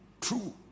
True